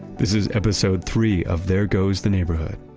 this is episode three of there goes the neighborhood,